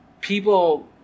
people